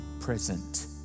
present